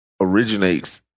originates